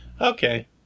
Okay